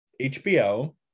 HBO